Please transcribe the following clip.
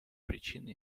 причины